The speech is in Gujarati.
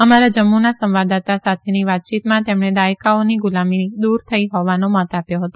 અમારા જમ્મુના સંવાદદાતા સાથેની વાતચીતમાં તેમણે દાયકાઓની ગુલામી દુર થઈ હોવાનો મત આપ્યો હતો